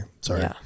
sorry